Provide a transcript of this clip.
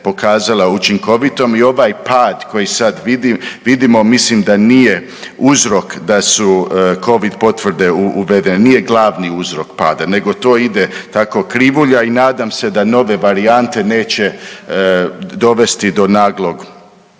učinkovitom i ovaj pad koji sad vidimo mislim da nije uzrok da su Covid potvrde uvedene, nije glavni uzrok pada nego to ide tako krivulja i nadam se da nove varijante neće dovesti do naglog